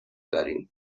داریم